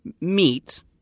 meat